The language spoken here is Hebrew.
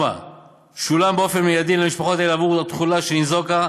4. שולם מייד למשפחות האלה בעבור התכולה שניזוקה,